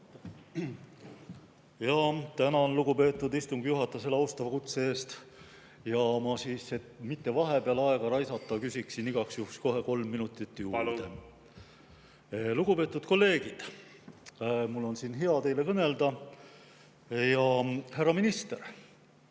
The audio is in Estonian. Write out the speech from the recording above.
Tänan, lugupeetud istungi juhataja, selle austava kutse eest. Et mitte vahepeal aega raisata, küsin igaks juhuks kohe kolm minutit juurde. Palun! Lugupeetud kolleegid, mul on siin hea teile kõnelda. Härra minister,